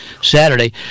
Saturday